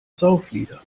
sauflieder